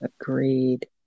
agreed